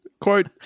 Quote